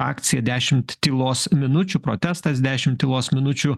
akcija dešimt tylos minučių protestas dešim tylos minučių